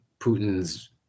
Putin's